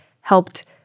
helped